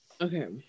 Okay